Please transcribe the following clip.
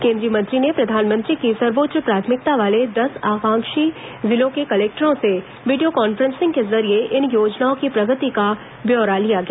केन्द्रीय मंत्री ने प्रधानमंत्री की सर्वोच्च प्राथमिकता वाले दस आकांक्षी जिलों के कलेक्टरों से वीडियो कॉन्फ्रेंसिंग के जरिए इन योजनाओं की प्रगति का ब्यौरा लिया गया